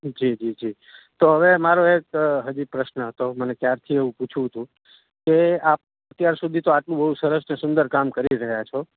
જી જી જી તો હવે મારો એક હજી પ્રશ્ન હતો મને ક્યારથી એવું પૂછવું હતું કે અત્યાર સુધી તો આટલું બહુ સરસ અને સુંદર કામ કરી રહ્યાં છો